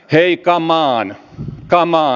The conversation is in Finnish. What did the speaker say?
hei kamoon